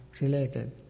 related